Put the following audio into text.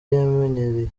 yamenyereye